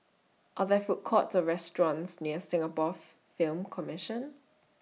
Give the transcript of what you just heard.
Are There Food Courts Or restaurants near Singapore Film Commission